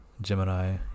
Gemini